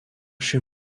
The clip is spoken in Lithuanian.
šiuo